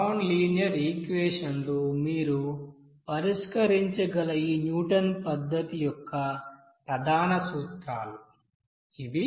non linear ఈక్వెషన్లను మీరు పరిష్కరించగల ఈ న్యూటన్ పద్ధతి యొక్క ప్రధాన సూత్రాలు ఇవి